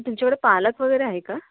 तुमच्याकडे पालक वगैरे आहे का